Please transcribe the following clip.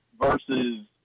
versus